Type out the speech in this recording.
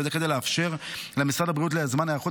וזה כדי לאפשר למשרד הבריאות זמן היערכות